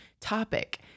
topic